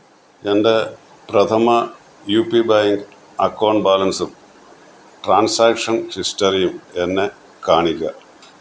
എൻ്റെ Prathama U P bank account ബാലൻസും transaction സിസ്റ്ററിയും എന്നെ കാണിക്കുക